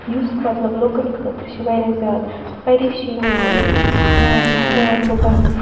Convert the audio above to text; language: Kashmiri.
یُس مطلب لُکَن خٲطرٕ چھِ وارِیاہ زیادٕ پَریشٲنی ہُنٛد معاملہٕ بَنہٕ